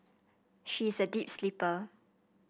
she is a deep sleeper